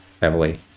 heavily